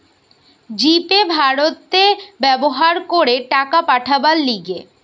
জি Pay ভারতে ব্যবহার করে টাকা পাঠাবার লিগে